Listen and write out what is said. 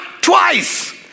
Twice